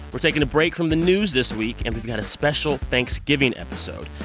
we're taking a break from the news this week, and we've got a special thanksgiving episode.